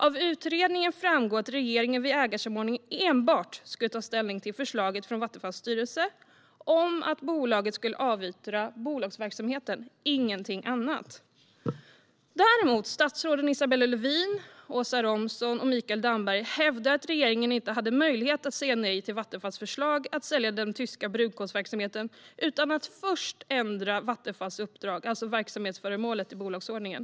Av utredningen framgår att regeringen vid ägarsamordningen enbart skulle ta ställning till förslaget från Vattenfalls styrelse om att bolaget skulle avyttra brunkolsverksamheten, ingenting annat. Statsråden Isabella Lövin, Åsa Romson och Mikael Damberg hävdade att regeringen inte hade möjlighet att säga nej till Vattenfalls förslag att sälja den tyska brunkolsverksamheten utan att först ändra Vattenfalls uppdrag, alltså verksamhetsföremålet i bolagsordningen.